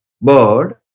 bird